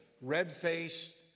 red-faced